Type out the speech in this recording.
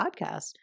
podcast